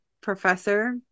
professor